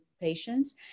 patients